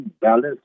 balance